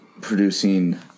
producing